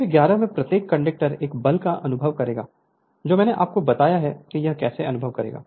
figure 11 में प्रत्येक conductor एक बल का अनुभव करेगा जो मैंने आपको बताया कि यह कैसे अनुभव करेगा